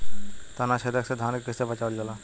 ताना छेदक से धान के कइसे बचावल जाला?